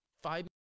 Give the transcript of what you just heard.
five